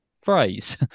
Phrase